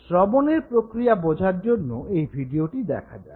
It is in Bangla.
শ্রবণের প্রক্রিয়া বোঝার জন্য এই ভিডিওটি দেখা যাক